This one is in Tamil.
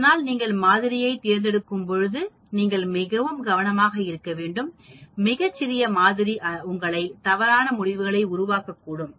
அதனால்நீங்கள் மாதிரியைத் தேர்ந்தெடுக்கும்போது நீங்கள் மிகவும் கவனமாக இருக்க வேண்டும் மிகச் சிறிய மாதிரி உங்களை தவறான முடிவுகளை உருவாக்கக்கூடும்